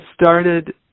started